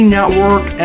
Network